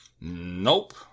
nope